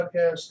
Podcast